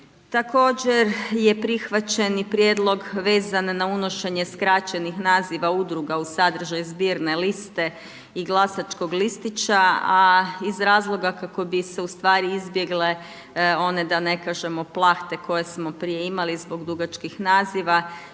Također je prihvaćen i prijedlog vezan na unošenje skraćenih naziva udruga u sadržaj zbirne liste i glasačkog listića, a iz razloga kako bi se ustvari izbjegle one, da ne kažemo, plahte koje smo prije imali zbog dugačkih naziva